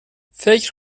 فکر